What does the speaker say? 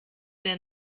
der